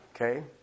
Okay